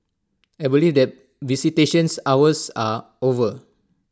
I believe that visitations hours are over